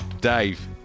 Dave